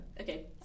Okay